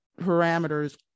parameters